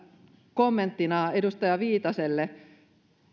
kommenttina edustaja viitaselle